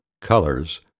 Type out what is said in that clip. Colors